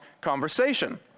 conversation